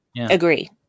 Agree